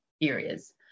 areas